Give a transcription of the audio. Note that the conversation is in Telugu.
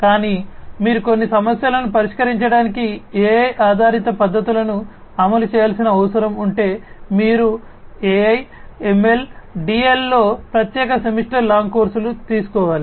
కానీ మీరు కొన్ని సమస్యలను పరిష్కరించడానికి AI ఆధారిత పద్ధతులను అమలు చేయాల్సిన అవసరం ఉంటే మీరు AI ML DL లో ప్రత్యేక సెమిస్టర్ లాంగ్ కోర్సులు తీసుకోవాలి